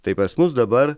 tai pas mus dabar